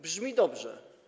Brzmi dobrze.